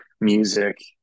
music